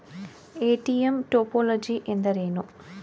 ATM topology ಎಂದರೇನು?